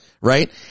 Right